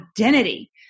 identity